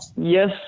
Yes